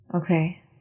okay